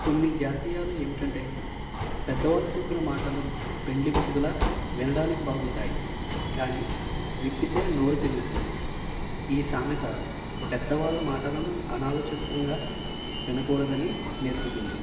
కొన్ని జాతీయాలు ఏమిటంటే పెద్దవాళ్ళు చెప్పిన మాటలు పెండ్లి ముసుగుల వినడానికి బాగుంటాయి కానీ విప్పితే నోరు తిరుగుతుంది ఈ సామెత పెద్దవాళ్ల మాటలను అనాలోచితంగా వినకూడదని నేర్పుతుంది